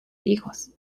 hijos